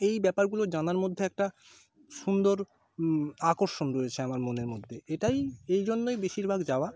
এই ব্যাপারগুলো জানার মধ্যে একটা সুন্দর আকর্ষণ রয়েছে আমার মনের মধ্যে এটাই এই জন্যই বেশিরভাগ যাওয়া